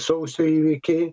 sausio įvykiai